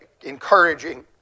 encouraging